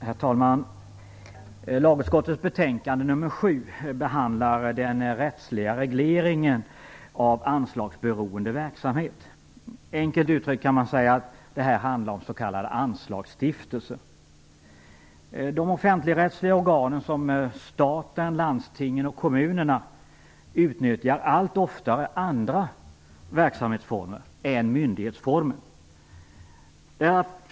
Herr talman! Lagutskottets betänkande nr 7 behandlar den rättsliga regleringen av anslagsberoende verksamhet. Enkelt uttryckt kan man säga att det handlar om s.k. anslagsstiftelser. De offentligrättsliga organen, såsom staten, landstingen och kommunerna, utnyttjar allt oftare andra verksamhetsformer än myndighetsformen.